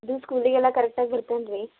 ಇದು ಸ್ಕೂಲಿಗೆಲ್ಲ ಕರೆಕ್ಟಾಗಿ ಬರ್ತಾನಾ ರೀ